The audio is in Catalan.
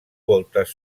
voltes